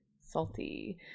salty